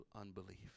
unbelief